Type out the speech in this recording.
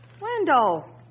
Wendell